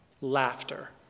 laughter